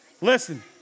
listen